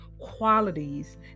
qualities